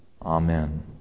Amen